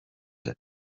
that